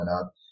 up